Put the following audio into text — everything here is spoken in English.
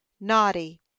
naughty